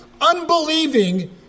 unbelieving